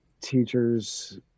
teachers